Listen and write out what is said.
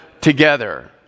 together